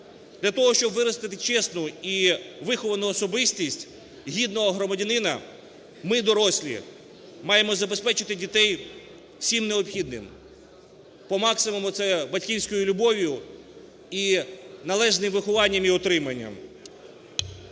Для того, щоб виростити чесну і виховану особистість, гідного громадянина, ми, дорослі, маємо забезпечити дітей всім необхідним, по максимуму – це батьківською любов'ю і належним вихованням і утриманням.